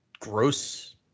gross